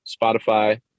Spotify